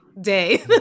day